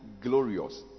glorious